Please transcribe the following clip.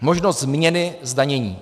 Možnost změny zdanění.